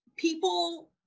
People